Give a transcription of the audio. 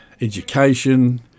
education